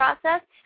process